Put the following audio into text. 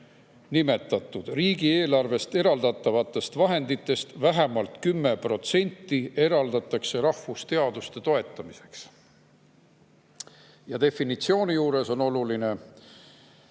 et riigieelarvest eraldatavatest vahenditest vähemalt 10% eraldatakse rahvusteaduste toetamiseks. Definitsiooni puhul on oluline,